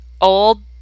old